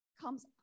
comes